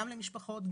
גם למשפחות,